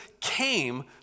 came